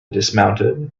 dismounted